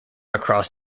across